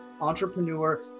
entrepreneur